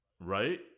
right